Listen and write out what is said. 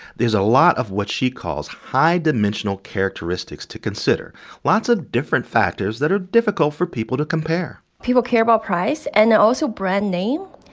there's a lot of what she calls high dimensional characteristics to consider lots of different factors that are difficult for people to compare people care about price and also brand name.